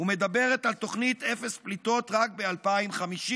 ומדברת על תוכנית אפס פליטות רק ב-2050.